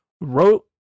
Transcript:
wrote